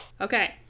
Okay